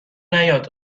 نیاد